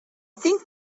think